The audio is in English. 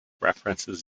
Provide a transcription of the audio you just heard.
references